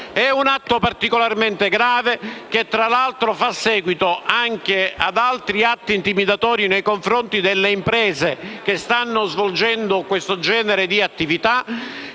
di un atto particolarmente grave, che fa seguito anche ad altri atti intimidatori nei confronti delle imprese che stanno svolgendo questo genere di attività